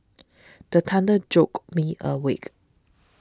the thunder jolt me awake